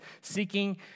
seeking